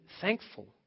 thankful